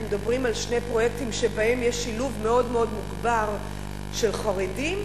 אנחנו מדברים על שני פרויקטים שבהם יש שילוב מאוד מאוד מוגבר של חרדים,